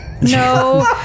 No